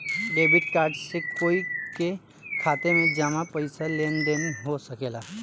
debit card से कोई के खाता में जामा पइसा के लेन देन हो सकेला